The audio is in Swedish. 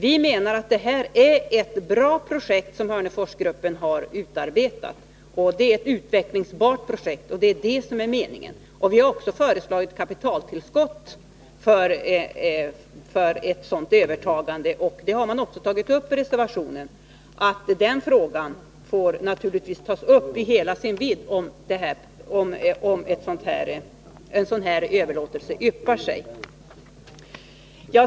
Vi menar att det är ett bra projekt som Hörneforsgruppen har utarbetat. Det är ett utvecklingsbart projekt. Vi har också föreslagit kapitaltillskott för ett övertagande. Vi har i reservationen sagt att den frågan naturligtvis får tas upp i hela sin vidd, om en möjlighet till överlåtelse yppar sig.